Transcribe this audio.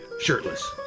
shirtless